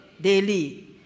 daily